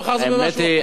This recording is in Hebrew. מחר זה משהו אחר.